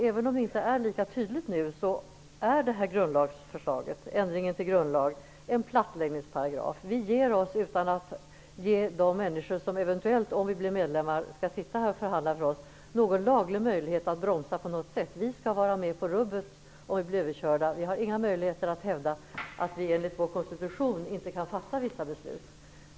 Även om det nu inte framgår lika tydligt, är detta förslag till grundlagsändring en ''plattläggningsparagraf''. Vi ger oss utan att ge de människor som -- om vi blir medlemmar -- skall förhandla någon laglig möjlighet att bromsa. Vi skall vara med på rubbet och vi blir överkörda. Vi har inga möjligheter att hävda att vi enligt vår konstitution inte kan fatta vissa beslut.